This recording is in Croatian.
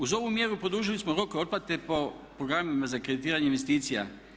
Uz ovu mjeru produžili smo rok otplate po programima za kreditiranje investicija.